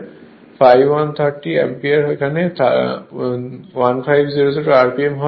∅1 30 ampere এর এখানে 1500 rpm হয়